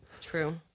true